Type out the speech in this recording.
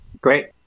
Great